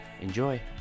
Enjoy